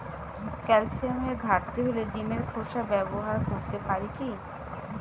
ক্যালসিয়ামের ঘাটতি হলে ডিমের খোসা ব্যবহার করতে পারি কি?